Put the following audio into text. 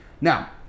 Now